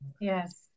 yes